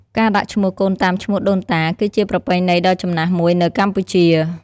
ការដាក់ឈ្មោះកូនតាមឈ្មោះដូនតា គឺជាប្រពៃណីដ៏ចំណាស់មួយនៅកម្ពុជា។